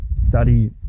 study